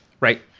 Right